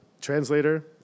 translator